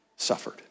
suffered